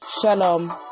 Shalom